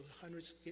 hundreds